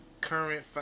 current